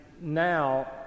now